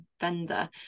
vendor